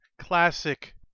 Classic